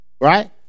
right